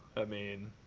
i mean,